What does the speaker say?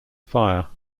fire